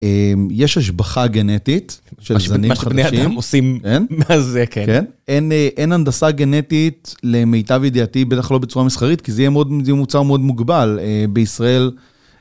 אממ.. יש השבחה גנטית של זנים חדשים. מה שבני אדם עושים מאז אה.. כן. אין הנדסה גנטית למיטב ידיעתי, בטח לא בצורה מסחרית, כי זה יהיה מאוד.. זה יהיה מוצר מאוד מוגבל. אהה בישראל...